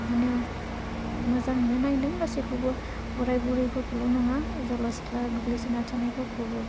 बिदिनो मोजाङैनो नायदों गासैखौबो बोराइ बुरैफोरखौल' नङा जोहोलाव सिख्ला गोग्लैसोना थानायफोरखौबो